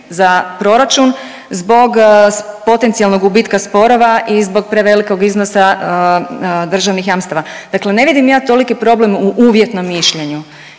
za proračun zbog potencijalnog gubitka sporova i zbog prevelikog iznosa državnih jamstava. Dakle ne vidim ja toliki problem u uvjetnom mišljenju